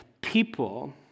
people